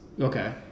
okay